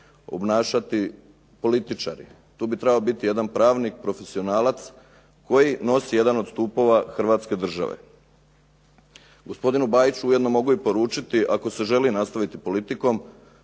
obnašati političari. Tu bi trebao biti jedan pravnik profesionalac koji nosi jedan od stupova Hrvatske države. Gospodinu Bajiću ujedno mogu i poručiti ako se želi nastaviti politikom,